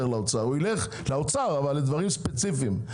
לאוצר ילך לאוצר אבל לדברים ספציפיים.